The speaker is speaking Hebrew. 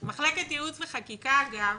מחלקת ייעוץ וחקיקה אגב,